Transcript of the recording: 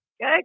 Good